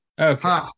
Okay